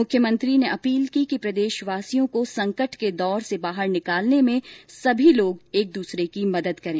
मुख्यमंत्री ने अपील की कि प्रदेशवांसियों को संकट के दौर से बाहर निकालने में सभी लोग एक दूसरे की मदद करें